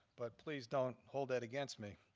but please don't hold that against me.